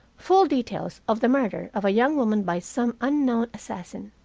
full details of the murder of a young woman by some unknown assassin.